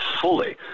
fully